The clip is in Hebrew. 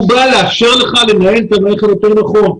הוא בא לאפשר לך לנהל את המערכת יותר נכון.